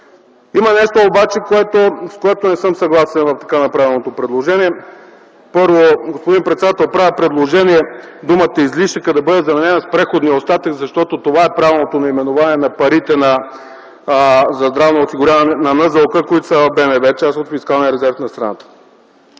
Има нещо обаче, с което не съм съгласен в така направеното предложение. Първо, господин председател, правя предложение думата „излишъкът” да бъде заменена с „преходният остатък”, защото това е правилното наименование на парите за здравно осигуряване на НЗОК, които са в БНБ – част от фискалния резерв на страната.